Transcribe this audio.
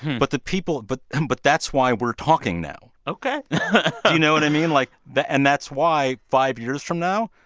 but the people but um but that's why we're talking now ok do you know what i mean? like, and that's why five years from now,